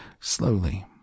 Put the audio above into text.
slowly